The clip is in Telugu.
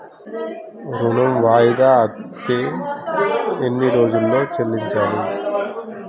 ఋణం వాయిదా అత్తే ఎన్ని రోజుల్లో చెల్లించాలి?